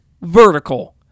vertical